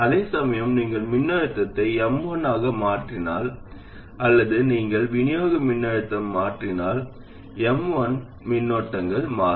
அதேசமயம் நீங்கள் மின்னழுத்தத்தை M1 ஆக மாற்றினால் அல்லது நீங்கள் விநியோக மின்னழுத்தத்தை மாற்றினால் M1s மின்னோட்டங்கள் மாறும்